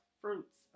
fruits